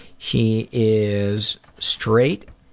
he is straight,